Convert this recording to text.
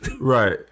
right